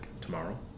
Tomorrow